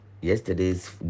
yesterday's